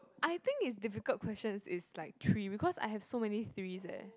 I think is difficult questions is like three because I have got so many threes eh